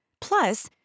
Plus